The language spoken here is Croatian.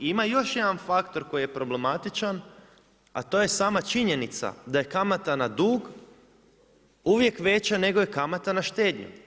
Ima još jedan faktor koji je problematičan, a to je sama činjenica da je kamata na dug uvijek veća nego je kamata na štednju.